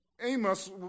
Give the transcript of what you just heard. Amos